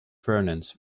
furnace